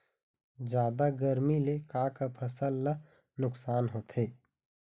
जादा गरमी ले का का फसल ला नुकसान होथे?